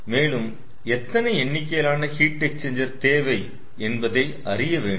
மேலும் எத்தனை எண்ணிக்கையிலான ஹீட் எக்ஸ்சேஞ்சர் தேவை என்பதை அறிய வேண்டும்